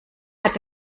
hat